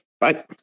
Bye